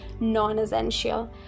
non-essential